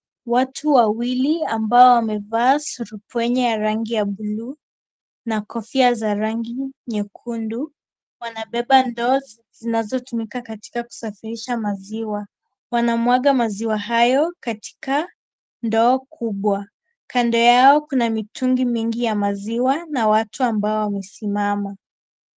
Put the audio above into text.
Watu wawili ambao wamevaa surupwenye ya rangi ya buluu na kofia za rangi nyekundu wanabeba ndoo zinazotumika katika kusafirisha maziwa. Wanamwaga maziwa hayo katika ndoo kubwa. Kando yao kuna mitungi mingi ya maziwa na watu ambao wamesimama.